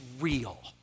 real